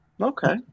Okay